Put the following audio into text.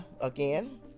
again